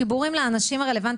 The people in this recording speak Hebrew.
אנחנו כבר לא מדברים.